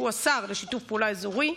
שהוא השר לשיתוף פעולה אזורי,